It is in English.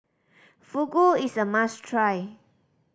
fugu is a must try